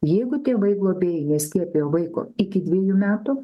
jeigu tėvai globėjai neskiepijo vaiko iki dviejų metų